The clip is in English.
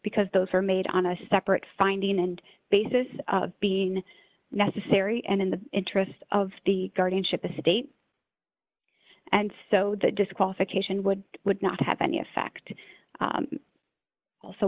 because those are made on a separate finding and basis being necessary and in the interest of the guardianship the state and so the disqualification would would not have any effect i also